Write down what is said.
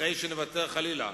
אחרי שנוותר, חלילה,